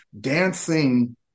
dancing